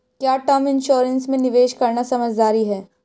क्या term insurance में निवेश करना समझदारी है?